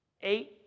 Eight